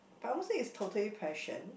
but I won't say it's totally passion